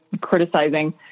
criticizing